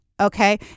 okay